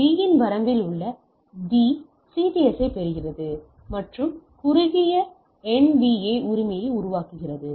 எனவே B வரம்பில் உள்ள D சிடிஎஸ்ஸைப் பெறுகிறது மற்றும் குறுகிய என்ஏவி உரிமையை உருவாக்குகிறது